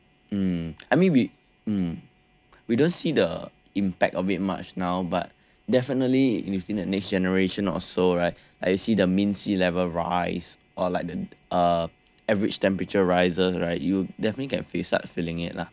mm I mean we mm we don't see the impact of it much now but definitely in the next generation or so right like you see the mean sea level rise or like the uh average temperature rises right you definitely can face up start feeling it lah